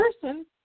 person